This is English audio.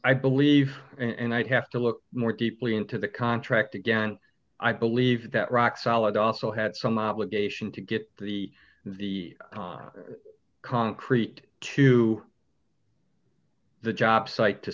i believe and i'd have to look more deeply into the contract again i believe that rock solid also had some obligation to get the the concrete to the job site to